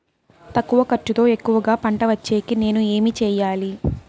తక్కువ ఖర్చుతో ఎక్కువగా పంట వచ్చేకి నేను ఏమి చేయాలి?